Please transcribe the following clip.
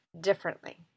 differently